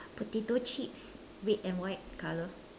potato chips red and white color